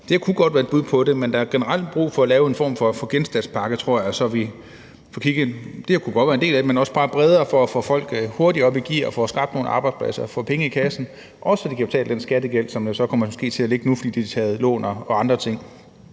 her kunne godt være et bud på det, men der er generelt brug for at lave en form for genstartspakke, tror jeg. Det her kunne godt være en del af den, men den skal nok være bredere for at få folk hurtigt op i gear og få skabt nogle arbejdspladser, få penge i kassen – også så de kan betale den skattegæld, som der måske kommer til at ligge nu, fordi de har taget lån og andre ting.